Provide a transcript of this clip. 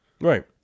Right